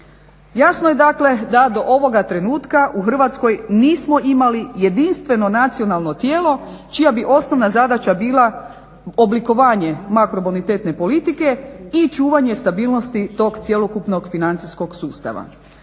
Jasno je da do ovoga trenutka u Hrvatskoj nismo imali jedinstveno nacionalno tijelo čija bi osnovna zadaća bila oblikovanje makrobonitetne politike i čuvanje stabilnosti tog cjelokupnog financijskog sustava.